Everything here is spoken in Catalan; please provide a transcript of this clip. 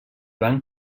van